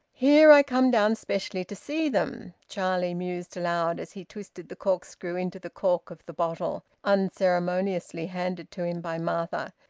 here i come down specially to see them, charlie mused aloud, as he twisted the corkscrew into the cork of the bottle, unceremoniously handed to him by martha,